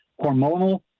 hormonal